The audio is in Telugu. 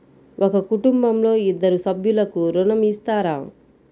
ఒక కుటుంబంలో ఇద్దరు సభ్యులకు ఋణం ఇస్తారా?